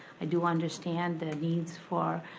i do understand the needs for